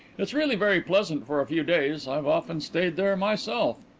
it's really very pleasant for a few days. i've often stayed there myself.